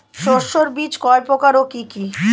শস্যের বীজ কয় প্রকার ও কি কি?